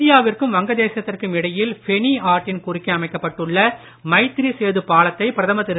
இந்தியாவிற்கும் வங்க தேசத்திற்கும் இடையில் ஃபெனி ஆற்றின் குறுக்கே அமைக்கப்பட்டுள்ள மைத்ரி சேது பாலத்தை பிரதமர் திரு